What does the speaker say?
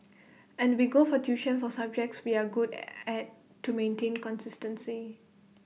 and we go for tuition for subjects we are good at to maintain consistency